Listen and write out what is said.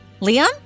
Liam